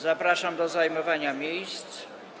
Zapraszam do zajmowania miejsc.